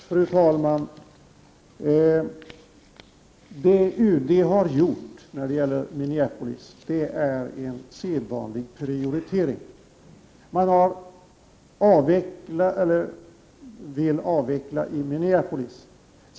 Fru talman! Vad UD har gjort när man vill avveckla generalkonsulatet i Minneapolis är en sedvanlig prioritering.